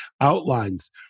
outlines